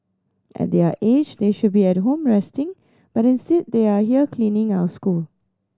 at their age they should be at home resting but instead they are here cleaning our school